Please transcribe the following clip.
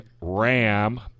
Ram